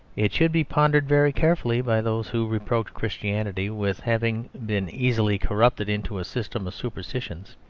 it should be pondered very carefully by those who reproach christianity with having been easily corrupted into a system of superstitions.